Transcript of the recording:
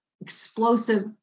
explosive